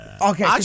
Okay